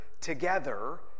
together